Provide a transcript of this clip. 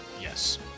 yes